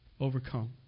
overcome